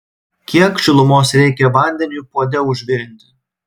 kiek šilumos reikia vandeniui puode užvirinti